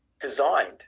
designed